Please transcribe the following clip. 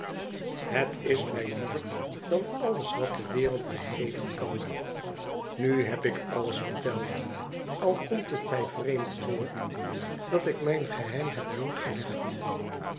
het is mij liever dan alles wat de wereld mij geven kan nu heb ik alles verteld al komt het mij vreemd voor dat ik mijn geheim heb